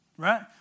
right